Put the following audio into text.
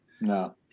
No